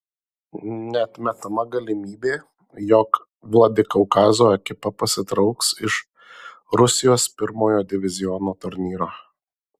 neatmetama galimybė jog vladikaukazo ekipa pasitrauks iš rusijos pirmojo diviziono turnyro